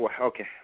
Okay